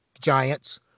giants